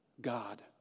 God